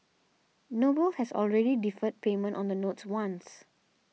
noble has already deferred payment on the notes once